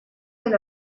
del